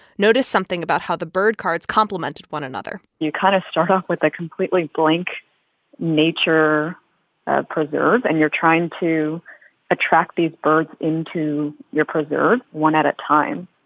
noticed something about how the bird cards complemented one another you kind of start off with a completely blank nature ah preserve, and you're trying to attract these birds into your preserve one at a time.